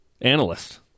analyst